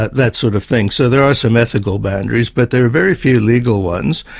that sort of thing. so there are some ethical boundaries, but there are very few legal ones.